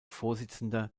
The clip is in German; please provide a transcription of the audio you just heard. vorsitzender